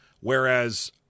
Whereas